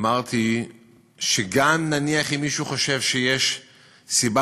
אמרתי שגם אם נניח מישהו חושב שיש סיבה